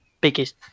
biggest